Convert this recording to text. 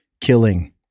killing